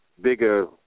bigger